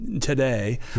today